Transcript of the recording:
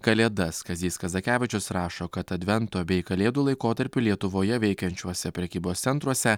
kalėdas kazys kazakevičius rašo kad advento bei kalėdų laikotarpiu lietuvoje veikiančiuose prekybos centruose